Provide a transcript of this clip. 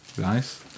Nice